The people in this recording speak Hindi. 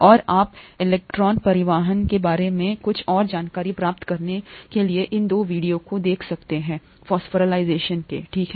और आप इलेक्ट्रॉन परिवहन के बारे में कुछ और जानकारी प्राप्त करने के लिए इन 2 वीडियो को देख सकते हैं फॉस्फोराइलेशन ठीक है